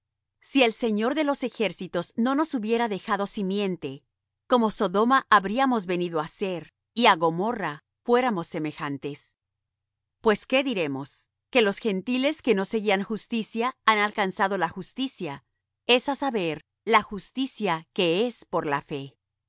si el señor de los ejércitos no nos hubiera dejado simiente como sodoma habríamos venido á ser y á gomorra fuéramos semejantes pues qué diremos que los gentiles que no seguían justicia han alcanzado la justicia es á saber la justicia que es por la fe